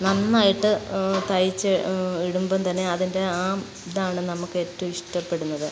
നന്നായിട്ട് തയ്ച്ച് ഇടുമ്പം തന്നെ അതിൻ്റെ ആ ഇതാണ് നമുക്ക് എറ്റവും ഇഷ്ടപ്പെടുന്നത്